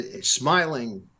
smiling